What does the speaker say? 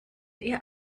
ihr